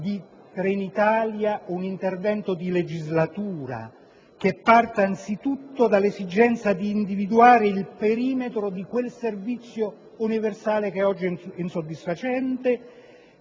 di Trenitalia un intervento di legislatura, che parta anzitutto dall'esigenza di individuare il perimetro di quel servizio universale che oggi è insoddisfacente